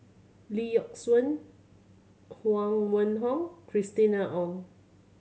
Lee Yock Suan Huang Wenhong Christina Ong